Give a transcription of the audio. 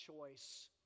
choice